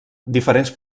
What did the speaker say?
diferents